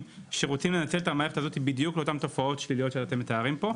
שרוצים לנצל את המערכת הזאת בדיוק לאותן תופעות שליליות שאתם מתארים פה,